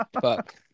Fuck